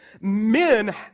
men